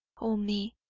o me,